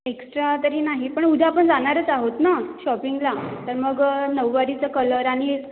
extra तरी नाही पण उद्या आपण जाणारच आहोत ना शॉपिंगला तर मग नऊवारीचा कलर आणि